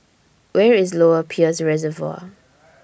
Where IS Lower Peirce Reservoir